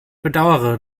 bedauere